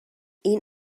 این